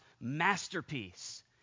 masterpiece